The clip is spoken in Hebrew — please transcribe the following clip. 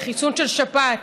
בחיסון נגד שפעת.